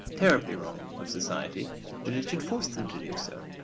terribly wrong, of society that it should force them to do so.